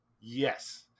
Yes